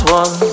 one